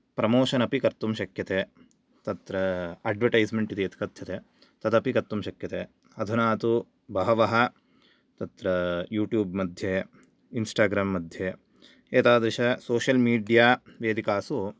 promotion अपि कर्तुं शक्यते तत्र अड्वर्टैस्मेण्ट् इति यत् कथ्यते तदपि कर्तुं शक्यते अधुना तु बहवः तत्र यूट्यूब् मध्ये इन्स्टाग्राम् मध्ये एतादृश सोषियल्मीड्या वेदिकासु